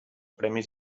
premis